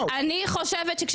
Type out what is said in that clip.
אל תגיד לי שזה לא לעניין.